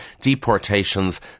deportations